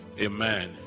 amen